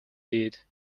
dead